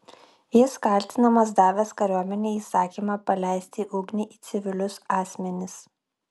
jis kaltinamas davęs kariuomenei įsakymą paleisti ugnį į civilius asmenis